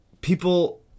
People